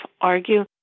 argue